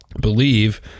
believe